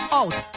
out